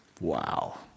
Wow